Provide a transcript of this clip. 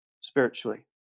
spiritually